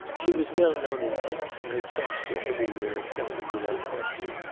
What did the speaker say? she was well known in aix and her cheques were everywhere accepted without question.